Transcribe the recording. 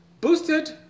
Boosted